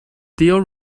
deal